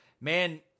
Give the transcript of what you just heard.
man